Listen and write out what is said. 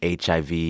HIV